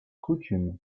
coutume